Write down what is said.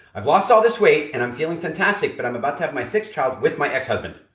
i've lost all this weight and i'm feeling fantastic, but i'm about to have my sixth child with my exhusband.